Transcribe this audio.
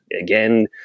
again